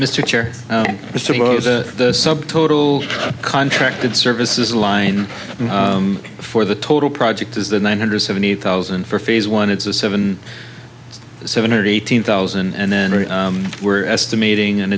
mr chair mr subtotal contracted services line for the total project is the nine hundred seventy thousand for phase one it's a seven seven hundred eighteen thousand and then we're estimating an